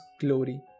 glory